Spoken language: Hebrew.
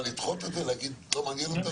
לדחות את זה ולהגיד: לא מעניין אותנו?